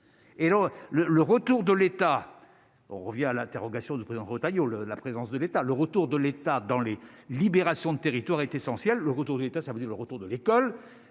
le le retour de l'État, on revient à l'interrogation du président Retailleau le la présence de l'État, le retour de l'État dans les libérations de territoire est essentiel : le retour de l'État, ça veut dire le retour de l'école.